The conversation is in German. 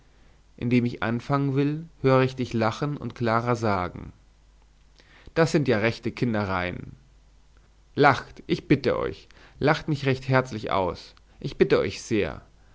indem ich anfangen will höre ich dich lachen und clara sagen das sind ja rechte kindereien lacht ich bitte euch lacht mich recht herzlich aus ich bitt euch sehr